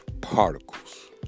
Particles